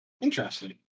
Interesting